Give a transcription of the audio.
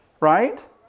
right